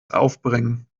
aufbringen